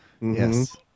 Yes